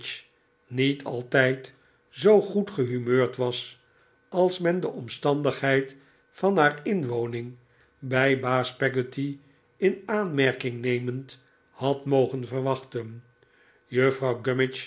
niet altijd zoo goed gehumeurd was als men de omstandigheid van haar inwoning bij baas peggotty in aanmerking nemend had mogen verwachten juffrouw